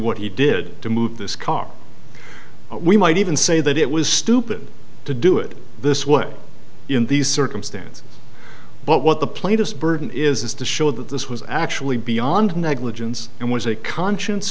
what he did to move this car we might even say that it was stupid to do it this way in these circumstances but what the plaintiffs burden is to show that this was actually beyond negligence and was a conscience